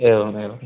एवमेवं